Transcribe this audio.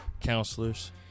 Counselors